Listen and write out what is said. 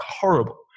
horrible